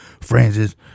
Francis